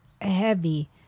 heavy